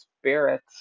spirit